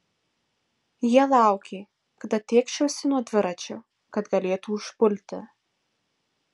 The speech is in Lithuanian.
jie laukė kada tėkšiuosi nuo dviračio kad galėtų užpulti